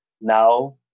now